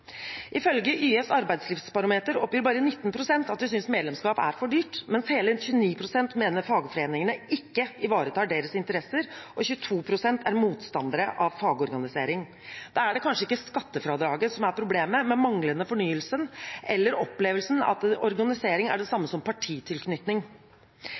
Ifølge YS’ arbeidslivsbarometer oppgir bare 19 pst. at medlemskap er for dyrt, mens hele 29 pst. mener fagforeningene ikke ivaretar deres interesser, og 22 pst. er motstandere av fagorganisering. Da er det kanskje ikke skattefradraget som er problemet, men manglende fornyelse eller opplevelsen av at organisering er det